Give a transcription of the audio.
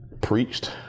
preached